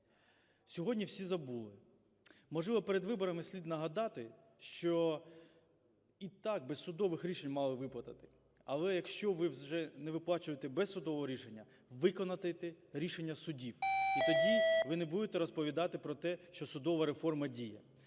Сьогодні всі забули. Можливо, перед виборами слід нагадати, що і так, без судових рішень, мали б виплатити. Але, якщо ви вже не виплачуєте без судового рішення, виконайте рішення судів, і тоді ви не будете розповідати про те, що судова реформа діє.